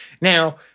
Now